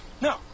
No